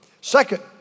Second